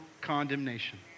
condemnation